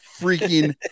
freaking